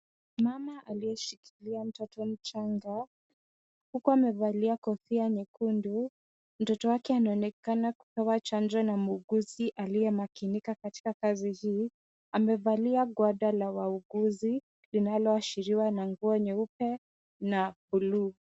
Mama aliyeshikilia mtoto mchanga huku amevalia kofia nyekundu. Mtoto wake anaonekana kupewa chanjo na muuguzi aliyemakinika katika kazi hii, amevalia gwanda la wauguzi linaloashiriwa na nguo nyeupe na bluu.